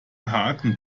haken